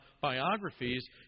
biographies